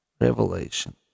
revelation